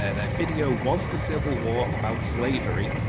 ah their video was the civil war about slavery?